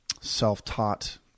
self-taught